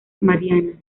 marianas